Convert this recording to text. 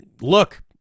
Look